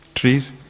trees